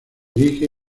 dirige